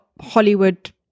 Hollywood